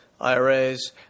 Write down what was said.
IRAs